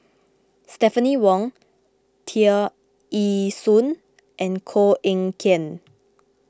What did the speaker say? Stephanie Wong Tear Ee Soon and Koh Eng Kian